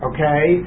Okay